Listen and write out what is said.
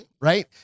right